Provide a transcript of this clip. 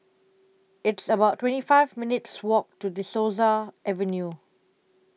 It's about twenty five minutes' Walk to De Souza Avenue